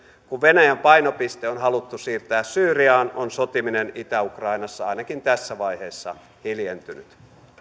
kun venäjän painopiste on haluttu siirtää syyriaan on sotiminen itä ukrainassa ainakin tässä vaiheessa hiljentynyt